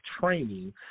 training